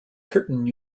curtin